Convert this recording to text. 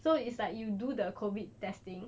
so it's like you do the COVID testing